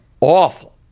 awful